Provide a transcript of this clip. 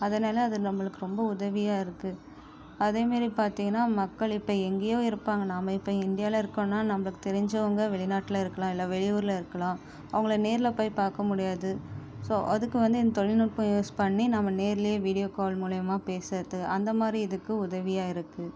அதனால் அது நம்மளுக்கு ரொம்ப உதவியாக இருக்குது அதேமாரி பார்த்திங்கன்னா மக்கள் இப்போ எங்கையோ இருப்பாங்கள் நம்ம இப்போ இந்தியாவுவில் இருக்கோம்னா நம்மக்கு தெரிஞ்சவங்கள் வெளிநாட்டில் இருக்கலாம் இல்லை வெளியூரில் இருக்கல அவங்கள நேரில் போய் பார்க்கமுடியாது ஸோ அதுக்கு வந்து இந்த தொழில்நுட்பம் யூஸ் பண்ணி நம்ம நேருலயே வீடியோ கால் மூலிமா பேசுகிறது அந்தமாதிரி இதுக்கு உதவியாக இருக்குது